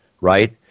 right